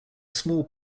small